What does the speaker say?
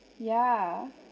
yeah